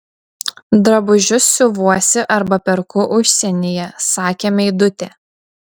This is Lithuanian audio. drabužius siuvuosi arba perku užsienyje sakė meidutė